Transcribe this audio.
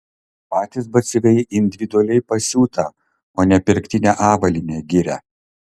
patys batsiuviai individualiai pasiūtą o ne pirktinę avalynę giria